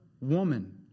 woman